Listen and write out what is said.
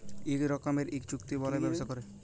ইক রকমের ইক চুক্তি বালায় ব্যবসা ক্যরে